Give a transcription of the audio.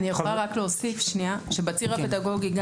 אני יכולה להוסיף שבציר הפדגוגי,